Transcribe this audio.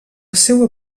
seua